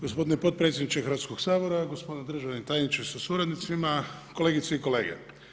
Gospodine potpredsjedniče Hrvatskog sabora, gospodine državni tajniče sa suradnicima, kolegice i kolege.